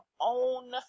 own